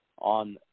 on